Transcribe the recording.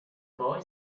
boy